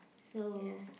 so